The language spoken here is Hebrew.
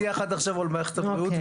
השיח עד עכשיו הוא על מערכת הבריאות.